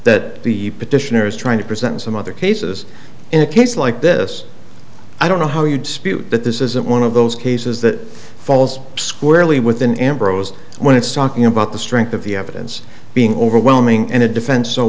that the petitioner is trying to present some other cases in a case like this i don't know how you dispute that this isn't one of those cases that falls squarely within ambrose when it's talking about the strength of the evidence being overwhelming and the defense so